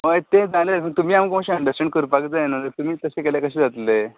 होय तें जालेंच पूण तुमी आमकां मात्शें अंडरस्टेंड करपाक जाय न्हू तुमी तशें केल्यार कशें जातलें